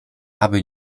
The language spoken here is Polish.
aby